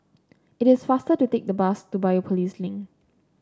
it is faster to take the bus to Biopolis Link